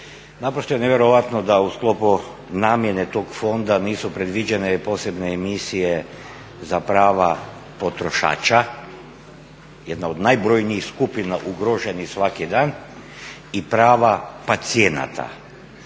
naprosto je nevjerojatno da u sklopu namjene tog fonda nisu predviđene i posebne emisije za prava potrošača, jedna od najbrojnijih skupina ugroženih svaki dan i prava pacijenata.